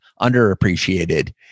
underappreciated